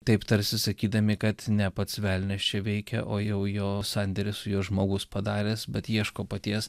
taip tarsi sakydami kad ne pats velnias čia veikia o jau jo sandėrį su juo žmogus padaręs bet ieško paties